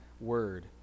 word